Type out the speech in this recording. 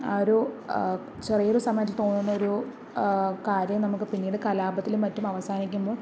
ആ ഒരു ചെറിയൊരു സമയത്ത് തോന്നുന്നൊരു കാര്യം നമുക്ക് പിന്നീട് കാലാപത്തിലും മറ്റും അവസാനിക്കുന്നു